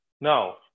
Now